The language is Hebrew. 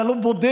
אתה לא בודק,